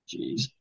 Jeez